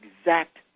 exact